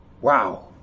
wow